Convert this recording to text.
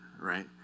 right